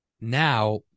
Now